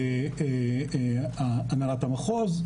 הנהלת המחוז.